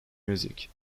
music